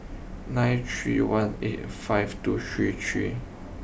nine three one eight five two three three